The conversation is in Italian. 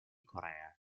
corea